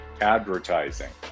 advertising